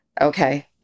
okay